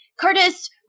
Curtis